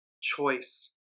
choice